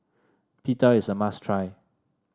Pita is a must try